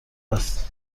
است